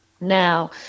Now